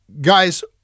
Guys